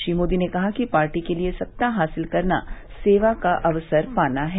श्री मोदी ने कहा कि पार्टी के लिए सत्ता हासिल करना सेवा का अवसर पाना है